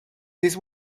this